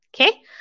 Okay